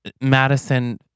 Madison